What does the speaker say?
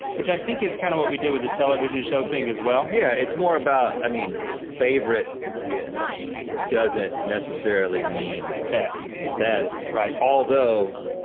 which i think is kind of what we do with the television show thing as well. yeah, it's more about, i mean, favorite doesn't necessarily mean best. best. right. although,